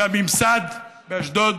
והממסד באשדוד,